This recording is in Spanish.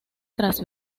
tras